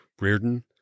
Reardon